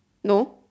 no